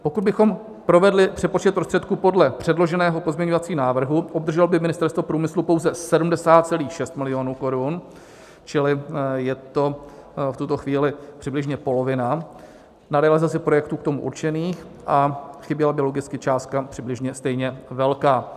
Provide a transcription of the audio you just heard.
Pokud bychom provedli přepočet prostředků podle předloženého pozměňovacího návrhu, obdrželo by Ministerstvo průmyslu pouze 70,6 milionu korun, čili je to v tuto chvíli přibližně polovina, na realizaci projektů k tomu určených a chyběla by logicky částka přibližně stejně velká.